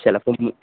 ചിലപ്പോള്